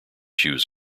shoes